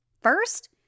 First